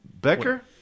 Becker